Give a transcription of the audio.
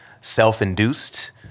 self-induced